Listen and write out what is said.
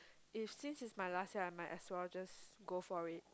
if since it's my last year I might as well just go for it